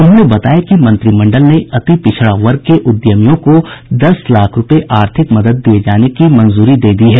उन्होंने बताया कि मंत्रिमंडल ने अति पिछड़ा वर्ग के उद्यमियों को दस लाख रूपये आर्थिक मदद दिये जाने की मंजूरी दे दी है